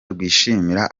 rwishimira